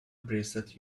bracelet